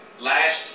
last